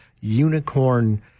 unicorn